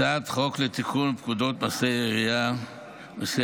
הצעת חוק לתיקון פקודות מיסי העירייה ומיסי